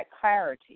clarity